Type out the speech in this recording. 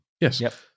Yes